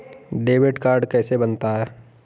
Debit card कैसे बनता है?